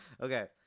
Okay